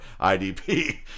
idp